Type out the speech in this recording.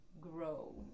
grow